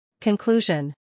Conclusion